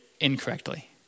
incorrectly